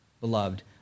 beloved